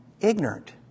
ignorant